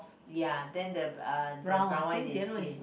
ya then the uh the brown one is Giv~